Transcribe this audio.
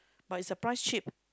but is the price cheap